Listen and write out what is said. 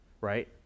right